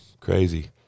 Crazy